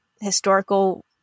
historical